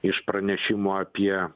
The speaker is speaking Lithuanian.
iš pranešimų apie